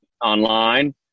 online